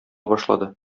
башлады